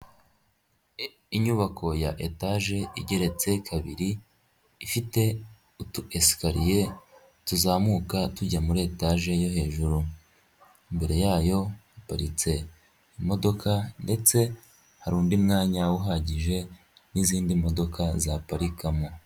Inyubako ya etaje igeretse kabiri ifite udu esikariye tuzamuka tujya muri etaje yo hejuru, imbere yayo haparitse imodoka, ndetse hari undi mwanya uhagije n'izindi modoka zaparikamo.